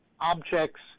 objects